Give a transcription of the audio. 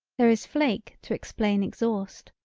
there is flake to explain exhaust.